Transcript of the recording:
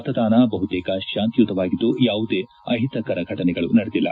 ಮತದಾನ ಬಹುತೇಕ ಶಾಂತಿಯುತವಾಗಿದ್ದು ಯಾವುದೇ ಅಹಿತಕರ ಫಟನೆಗಳು ನಡೆದಿಲ್ಲ